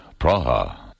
Praha